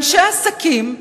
לאנשי עסקים,